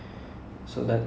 err okay